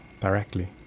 directly